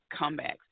comebacks